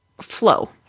flow